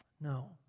No